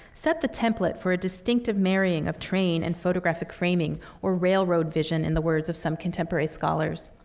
set the template for a distinctive marrying of train and photographic framing, or railroad vision, in the words of some contemporary scholars.